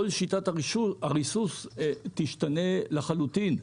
כל שיטת הריסוס תשתנה לחלוטין.